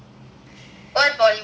what bollywood part of